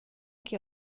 che